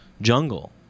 jungle